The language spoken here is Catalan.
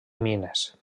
mines